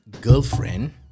girlfriend